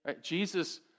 Jesus